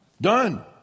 Done